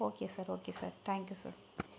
okay sir okay sir thank you sir